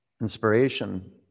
inspiration